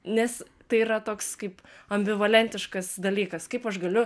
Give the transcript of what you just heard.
nes tai yra toks kaip ambivalentiškas dalykas kaip aš galiu